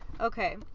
okay